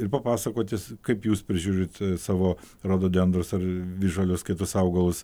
ir papasakotis kaip jūs prižiūrit savo rododendrus ar visžalius kitus augalus